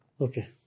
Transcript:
Okay